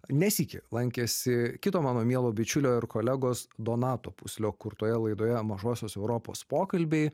ne sykį lankėsi kito mano mielo bičiulio ir kolegos donato puslio kurtoje laidoje mažosios europos pokalbiai